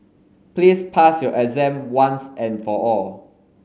please pass your exam once and for all